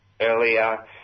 earlier